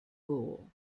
rule